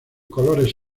colores